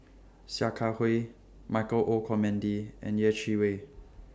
Sia Kah Hui Michael Olcomendy and Yeh Chi Wei